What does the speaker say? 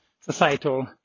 societal